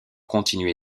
continué